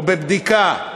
או בבדיקה,